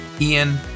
Ian